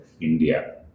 India